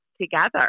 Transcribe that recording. together